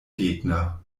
gegner